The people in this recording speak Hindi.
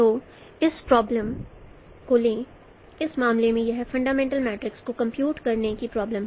तो इस प्रॉब्लम को लें इस मामले में यह फंडामेंटल मैट्रिक्स को कंपयूट करने की प्रॉब्लम है